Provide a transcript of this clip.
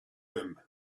them